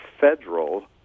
federal